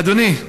אדוני,